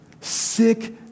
sick